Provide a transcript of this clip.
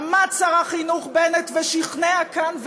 עמד שר החינוך בנט ושכנע כאן ואמר: